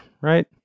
right